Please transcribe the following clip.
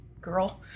girl